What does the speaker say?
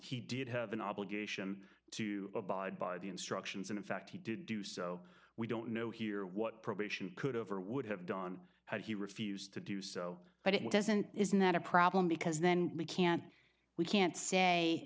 done he did have an obligation to abide by the instructions and in fact he did do so we don't know here what probation could have or would have done had he refused to do so but it doesn't isn't that a problem because then we can't we can't say